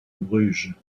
bruges